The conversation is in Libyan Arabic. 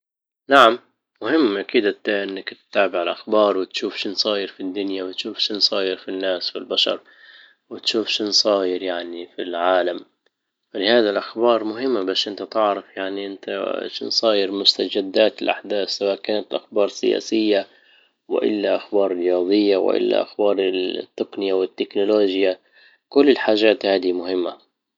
نعم مهم كدا انك تتابع الاخبار وتشوف شنو صاير في الدنيا وتشوف شنو صاير في الناس والبشر وتشوف شنو صاير يعني في العالم ولهذا الاخبار مهمة باش انت تعرف يعني انت شو صاير مستجدات الاحداث سواء كانت اخبار سياسية والا اخبار رياضية والا اخبار التقنية والتكنولوجيا كل الحاجات هذه مهمة